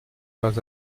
pas